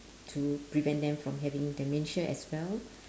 to prevent them from having dementia as well